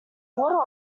water